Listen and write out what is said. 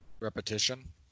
repetition